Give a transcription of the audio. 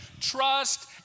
trust